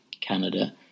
Canada